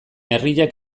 herriak